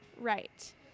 right